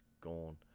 gone